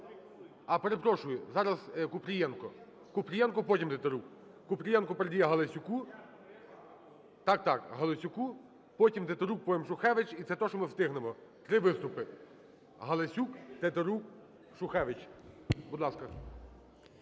А, перепрошую, зараз Купрієнко. Купрієнко, потім Тетерук. Купрієнко передає Галасюку. Так-так, Галасюку. Потім Тетерук, потім Шухевич. І це те, що ми встигнемо, три виступи. Галасюк, Тетерук, Шухевич. Будь ласка.